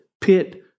pit